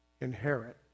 inherit